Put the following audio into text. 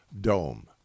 dome